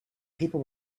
people